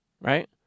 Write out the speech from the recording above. right